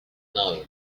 know